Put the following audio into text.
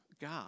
God